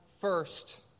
first